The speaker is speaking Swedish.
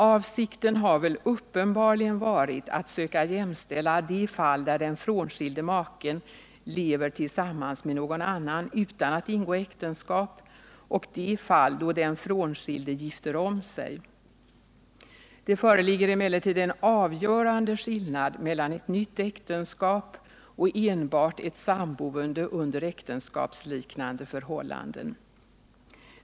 Avsikten har uppenbarligen varit att söka jämställa de fall där den frånskilde maken lever tillsammans med någon annan utan att ingå äktenskap och de fall där den frånskilde gifter om sig. Det föreligger emellertid en avgörande skillnad mellan ett nytt äktenskap och enbart ett samboende under äktenskapsliknande förhållanden.